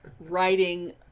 writing